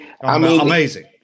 amazing